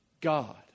God